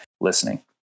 listening